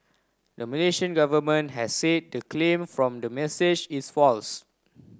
the Malaysian government has said the claim from the message is false